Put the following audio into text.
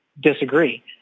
disagree